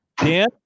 Dan